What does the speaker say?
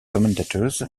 commentators